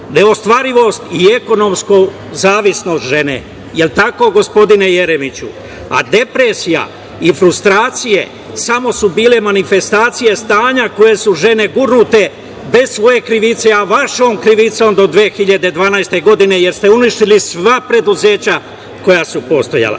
neostvarivost i ekonomsku zavisnost žene. Jel tako gospodine Jeremiću? A depresija i frustracije samo su bile manifestacije stanja koje su žene gurnute bez svoje krivice, a vašom krivicom do 2012. godine, jer ste uništili sva preduzeća koja su postojala. Poštovani